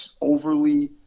overly